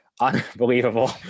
Unbelievable